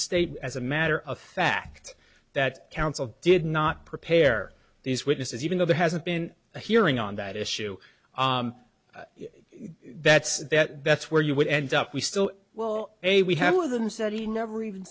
state as a matter of fact that counsel did not prepare these witnesses even though there hasn't been a hearing on that issue that's that that's where you would end up we still well hey we have one of them said he never even